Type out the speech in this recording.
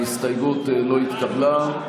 ההסתייגות לא התקבלה.